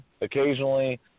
occasionally